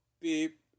beep